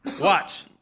Watch